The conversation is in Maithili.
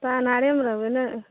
ता अन्हारेमे रहबै नहि